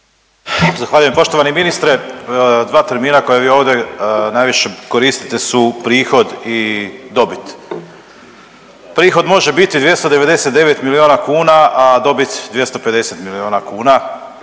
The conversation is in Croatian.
Zahvaljujem poštovani ministre. 2 termina koja vi ovdje najviše koristite su prihod i dobit. Prihod može biti 299 milijuna kuna, a dobit 250 milijuna kuna,